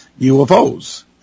UFOs